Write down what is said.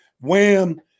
wham